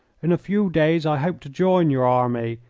in a few days i hope to join your army,